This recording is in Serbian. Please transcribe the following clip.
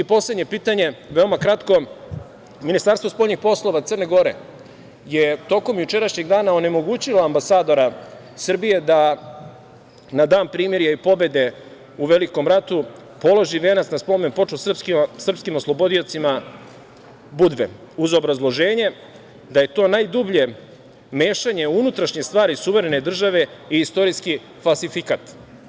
Poslednje pitanje, veoma kratko – Ministarstvo spoljnih poslova Crne Gore je tokom jučerašnjeg dana onemogućilo ambasadora Srbije da na Dan primirja i pobede u Velikom ratu položi venac na spomen-ploču srpskim oslobodiocima Budve, uz obrazloženje da je to najdublje mešanje u unutrašnje stvari suverene države i istorijski falsifikat.